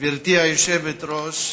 גברתי היושבת-ראש,